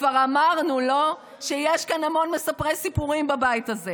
הרי כבר אמרנו שיש כאן המון מספרי סיפורים בבית הזה,